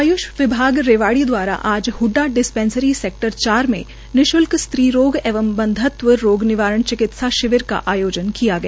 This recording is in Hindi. आय्ष विभाग रेवाड़ी द्वारा आज हडा डिसपैंसरी सेक्टर चार में निश्ल्क स्त्री रोक एवं बन्धत्व रोग निवारण चिकित्सा शिविर का आयोजन किया गया